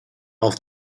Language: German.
auf